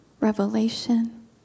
revelation